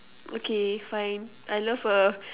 okay fine I love a